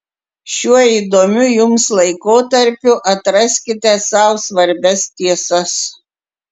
šiuo įdomiu jums laikotarpiu atraskite sau svarbias tiesas